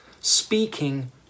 speaking